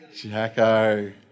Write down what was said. Jacko